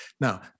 Now